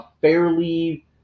fairly